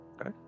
Okay